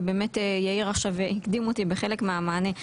ובאמת יאיר הקדים אותי בחלק מהמענה.